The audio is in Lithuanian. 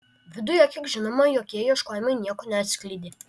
viduje kiek žinoma jokie ieškojimai nieko neatskleidė